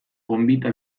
gonbita